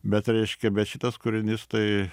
bet reiškia bet šitas kūrinys tai